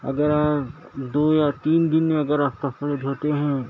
اگر آپ دو یا تین دن میں اگر آپ کپڑے دھوتے ہیں